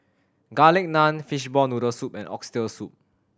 Garlic Naan fishball noodle soup and Oxtail Soup